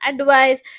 advice